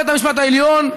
בית המשפט העליון,